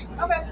Okay